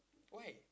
why